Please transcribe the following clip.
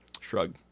shrug